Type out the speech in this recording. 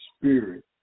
spirit